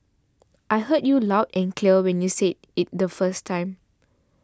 I heard you loud and clear when you said it the first time